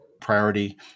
priority